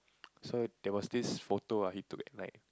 so there was this photo ah he took like